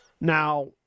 Now